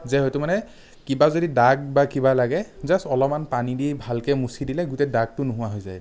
যে সেইটো মানে কিবা যদি দাগ বা কিবা লাগে জাষ্ট অলপমান পানী দি ভালকে মচি দিলে গোটেই দাগটো নোহোৱা হৈ যায়